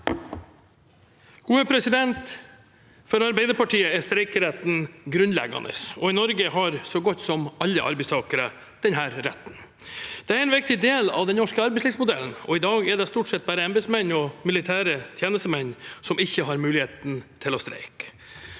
(A) For Arbeiderpartiet er streikeretten grunnleggende, og i Norge har så godt som alle arbeidstakere denne retten. Den er en viktig del av den norske arbeidslivsmodellen. I dag er det stort sett bare embetsmenn og militære tjenestemenn som ikke har muligheten til å streike.